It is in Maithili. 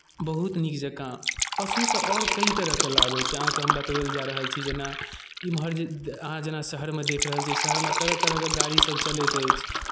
बहुत नीक जँका पशुसँ आओर कई तरहके लाभ होइ छै अहाँकेँ हम बतबैले जा रहल छी जेना एम्हर जे दे अहाँ जेना शहरमे देख रहल छियै शहरमे तरह तरहके गाड़ीसभ चलैत अछि